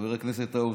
חבר כנסת האוזר,